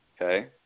Okay